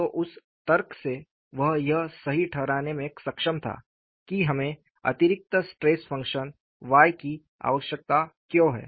तो उस तर्क से वह यह सही ठहराने में सक्षम था कि हमें अतिरिक्त स्ट्रेस फ़ंक्शन Y की आवश्यकता क्यों है